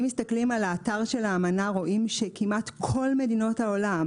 אם מסתכלים על האתר של האמנה רואים שכמעט כל מדינות העולם